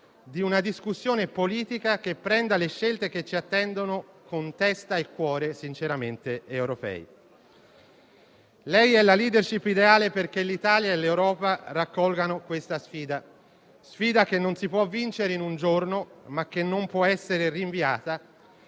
di una discussione politica che prenda le scelte che ci attendono con testa e cuore sinceramente europei. Lei è la *leadership* ideale perché l'Italia e l'Europa raccolgano questa sfida. Tale sfida non si può vincere in un giorno, ma non può essere rinviata,